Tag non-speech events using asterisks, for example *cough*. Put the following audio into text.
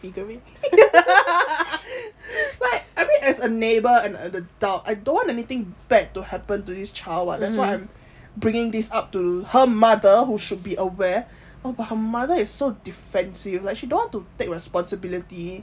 *laughs* like I mean as a neighbour and an adult I don't want anything bad to happen to this child that's why I'm bringing this up to her mother who should be aware oh but her mother is so defensive like she don't want to take responsibility